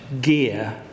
gear